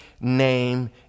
name